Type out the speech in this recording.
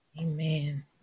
Amen